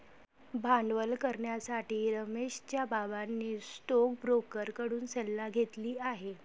भांडवल करण्यासाठी रमेशच्या बाबांनी स्टोकब्रोकर कडून सल्ला घेतली आहे